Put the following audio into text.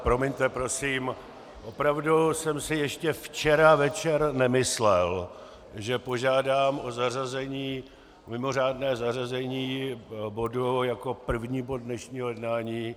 Promiňte prosím, opravdu jsem si ještě včera večer nemyslel, že požádám o mimořádné zařazení bodu jako prvního bodu dnešního jednání.